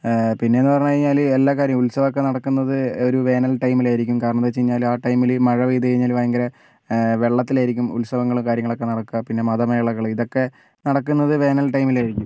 പിന്നെ എന്ന് പറഞ്ഞു കഴിഞ്ഞാൽ എല്ലാ കാര്യവും ഉത്സവം ഒക്കെ നടക്കുന്നത് ഒരു വേനൽ ടൈമിൽ ആയിരിക്കും കാരണമെന്ന് വെച്ചുകഴിഞ്ഞാൽ ആ ടൈമിൽ മഴ പെയ്ത് കഴിഞ്ഞാൽ ഭയങ്കര വെള്ളത്തിലായിരിക്കും ഉത്സവങ്ങളും കാര്യങ്ങളൊക്കെ നടക്കുക പിന്നെ മതമേളകൾ ഇതൊക്കെ നടക്കുന്നത് വേനൽ ടൈമിലായിരിക്കും